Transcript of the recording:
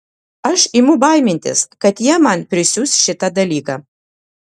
aš imu baimintis kad jie man prisiūs šitą dalyką